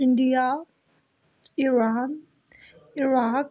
India Iran Iraq